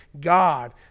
God